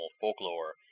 folklore